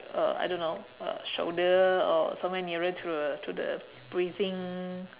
uh I don't know uh shoulder or somewhere nearer to the to the breathing